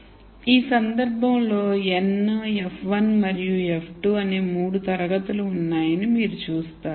కాబట్టి ఈ సందర్భంలో n f1 మరియు f2 అనే 3 తరగతులు ఉన్నాయని మీరు చూస్తారు